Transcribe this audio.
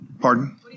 Pardon